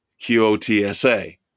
Q-O-T-S-A